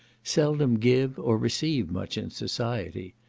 seldom give or receive much in society.